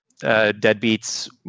deadbeats